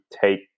take